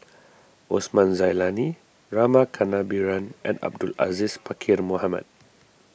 Osman Zailani Rama Kannabiran and Abdul Aziz Pakkeer Mohamed